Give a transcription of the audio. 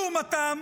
לעומתם,